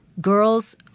Girls